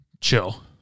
chill